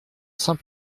saint